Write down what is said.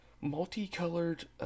Multicolored